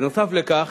בנוסף לכך,